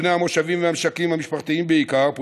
בעיקר בני המושבים והמשקים המשפחתיים,